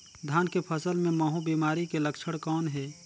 धान के फसल मे महू बिमारी के लक्षण कौन हे?